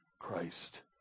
Christ